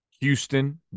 Houston